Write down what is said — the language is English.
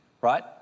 right